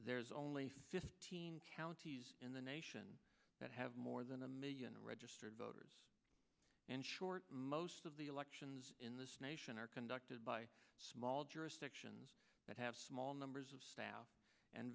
there's only fifteen counties in the nation that have more than a million registered voters in short most of the elections in this nation are conducted by small jurisdictions that have small numbers of staff and